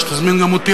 שתזמין גם אותי,